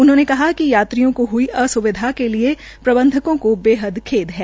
उन्होंने कहा कि यात्रियों को हुई असुविधा के लिए प्रबंधकों को बेहद खेद है